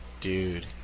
Dude